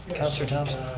councilor thomson?